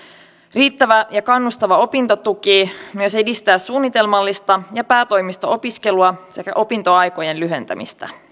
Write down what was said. riittävä ja kannustava opintotuki myös edistää suunnitelmallista ja päätoimista opiskelua sekä opintoaikojen lyhentämistä